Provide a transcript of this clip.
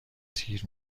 تیر